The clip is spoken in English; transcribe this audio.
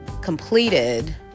completed